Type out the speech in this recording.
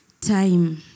time